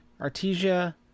Artesia